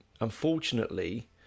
Unfortunately